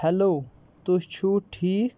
hello تُہۍ چھُوٕ ٹھیٖک